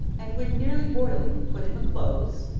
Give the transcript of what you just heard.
and when nearly boiling, put in the clothes,